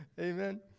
Amen